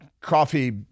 coffee